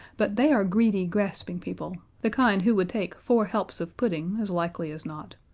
but they are greedy, grasping people, the kind who would take four helps of pudding, as likely as not,